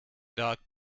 dark